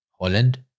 Holland